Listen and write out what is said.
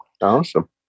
Awesome